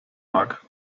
mag